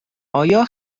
آیا